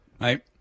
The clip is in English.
Right